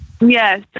Yes